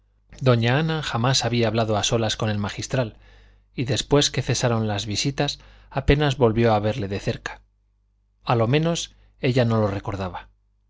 doña ana jamás había hablado a solas con el magistral y después que cesaron las visitas apenas volvió a verle de cerca a lo menos ella no lo recordaba